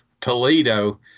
Toledo